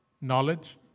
Knowledge